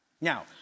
Now